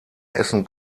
essen